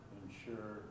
ensure